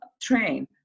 train